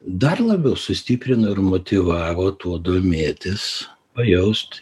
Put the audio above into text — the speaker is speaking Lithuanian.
dar labiau sustiprino ir motyvavo tuo domėtis pajaust